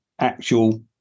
actual